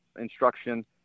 instruction